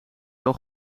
wel